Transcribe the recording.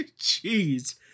Jeez